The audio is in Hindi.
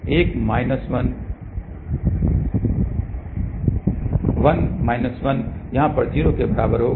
1 माइनस 1 यहाँ पर 0 के बराबर होगा